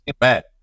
bad